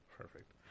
Perfect